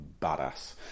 badass